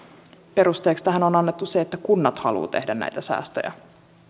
perusteeksi tähän on annettu se että kunnat haluavat tehdä näitä säästöjä